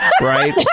right